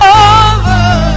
over